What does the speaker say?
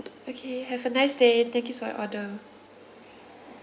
okay have a nice day thank you for your order